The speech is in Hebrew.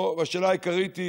השאלה העיקרית היא